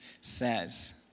says